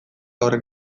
horren